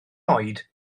oed